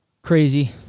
Crazy